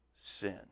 sin